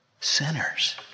Sinners